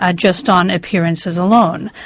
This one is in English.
ah just on appearances alone.